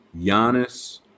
Giannis